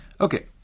okay